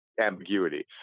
ambiguity